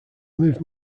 move